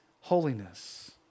holiness